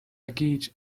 گیج